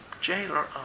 jailer